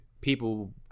people